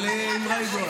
אבל האמרה ידועה.